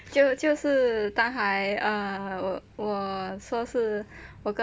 就就是刚才额我说是我跟